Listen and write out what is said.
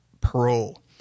parole